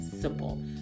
simple